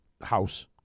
house